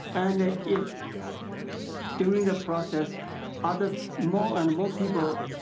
and if during the process other more and more people